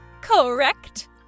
Correct